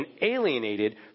alienated